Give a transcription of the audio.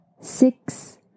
six